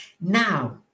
Now